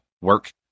work